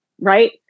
right